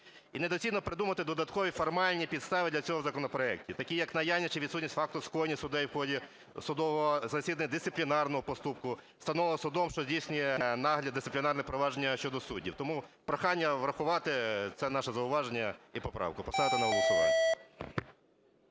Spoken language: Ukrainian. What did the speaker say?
І недоцільно придумувати додаткові формальні підстави для цього законопроекту, такі як наявність чи відсутність факту скоєння суддею у ході судового засідання дисциплінарного проступку, встановленого судом, що здійснює нагляд, дисциплінарне провадження щодо суддів. Тому прохання врахувати це наше зауваження і поправку.